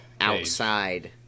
outside